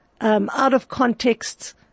out-of-context